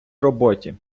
роботі